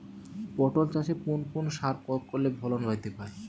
পটল চাষে কোন কোন সার প্রয়োগ করলে ফলন বৃদ্ধি পায়?